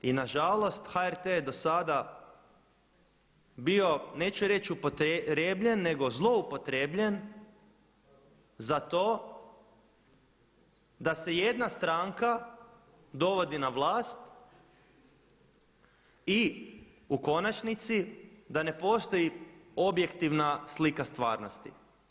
I nažalost HRT je do sada bio neću reći upotrijebljen nego zlouporabljen za to da se jedna stranka dovodi na vlast i u konačnici da ne postoji objektivna slika stvarnosti.